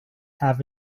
have